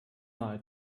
nahe